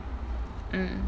mm